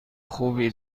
خوبی